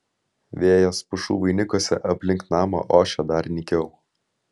vėjas pušų vainikuose aplink namą ošė dar nykiau